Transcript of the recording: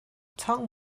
tongue